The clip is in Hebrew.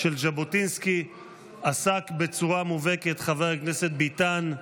של ז'בוטינסקי עסק בצורה מובהקת, חבר הכנסת ביטן,